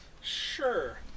Sure